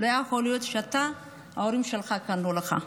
לא יכול להיות שההורים שלך קנו לך.